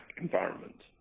environment